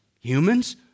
Humans